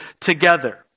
together